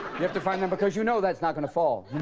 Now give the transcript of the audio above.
you have to find them because you know that's not gonna fall